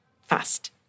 fast